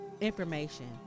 information